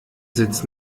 sitz